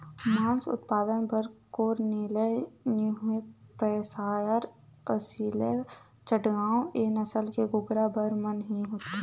मांस उत्पादन बर कोरनिलए न्यूहेपसायर, असीलए चटगाँव ए नसल के कुकरा मन ह बने होथे